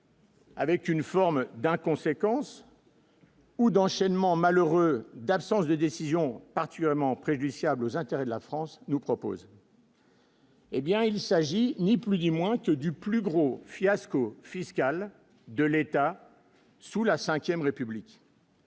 Avec une forme d'inconséquence. Ou d'enchaînement malheureux d'absence de décision actuellement préjudiciable aux intérêts de la France, nous propose. Eh bien, il s'agit ni plus du moins que du plus gros fiasco fiscales de l'État sous la 5ème République.